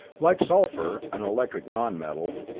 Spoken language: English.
like sulphur, an electric non-metal,